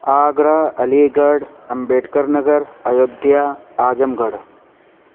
Agra Aligarh Ambedkar Nagar Ayodhya Azam Garh